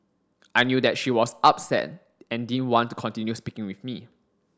I knew that she was upset and didn't want to continue speaking with me